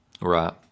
Right